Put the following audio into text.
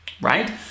right